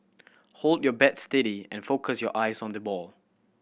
hold your bat steady and focus your eyes on the ball